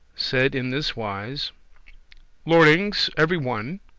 said in this wise lordings every one,